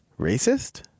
racist